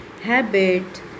habit